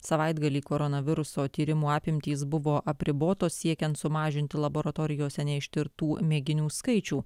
savaitgalį koronaviruso tyrimų apimtys buvo apribotos siekiant sumažinti laboratorijose neištirtų mėginių skaičių